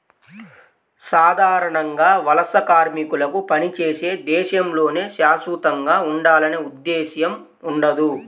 సాధారణంగా వలస కార్మికులకు పనిచేసే దేశంలోనే శాశ్వతంగా ఉండాలనే ఉద్దేశ్యం ఉండదు